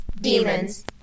demons